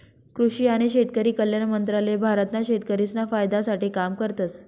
कृषि आणि शेतकरी कल्याण मंत्रालय भारत ना शेतकरिसना फायदा साठे काम करतस